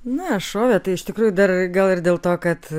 na šovė tai iš tikrųjų dar gal ir dėl to kad